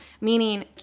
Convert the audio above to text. meaning